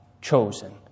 chosen